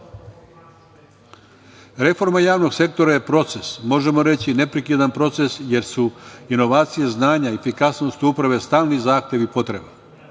društva. Reforma javnog sektora je proces, možemo reći neprekidan proces jer su inovacije znanja i efikasnost uprave stalni zahtevi i potrebe.